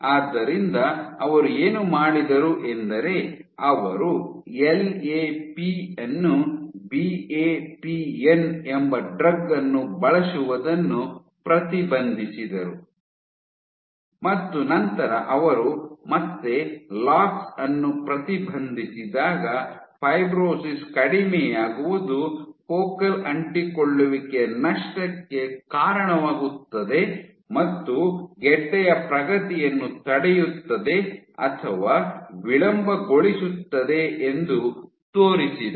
ಆದ್ದರಿಂದ ಅವರು ಏನು ಮಾಡಿದರು ಎಂದರೆ ಅವರು ಎಲ್ ಎ ಪಿ ಅನ್ನು ಬಿ ಎ ಪಿ ಎನ್ ಎಂಬ ಡ್ರಗ್ ಅನ್ನು ಬಳಸುವುದನ್ನು ಪ್ರತಿಬಂಧಿಸಿದರು ಮತ್ತು ನಂತರ ಅವರು ಮತ್ತೆ ಲಾಕ್ಸ್ ಅನ್ನು ಪ್ರತಿಬಂಧಿಸಿದಾಗ ಫೈಬ್ರೋಸಿಸ್ ಕಡಿಮೆಯಾಗುವುದು ಫೋಕಲ್ ಅಂಟಿಕೊಳ್ಳುವಿಕೆಯ ನಷ್ಟಕ್ಕೆ ಕಾರಣವಾಗುತ್ತದೆ ಮತ್ತು ಗೆಡ್ಡೆಯ ಪ್ರಗತಿಯನ್ನು ತಡೆಯುತ್ತದೆ ಅಥವಾ ವಿಳಂಬಗೊಳಿಸುತ್ತದೆ ಎಂದು ತೋರಿಸಿದರು